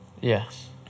Yes